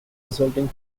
resulting